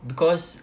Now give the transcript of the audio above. because